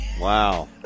Wow